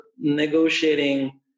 negotiating